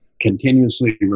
continuously